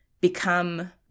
become –